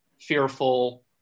fearful